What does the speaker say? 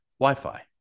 Wi-Fi